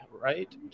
right